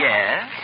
Yes